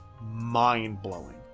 mind-blowing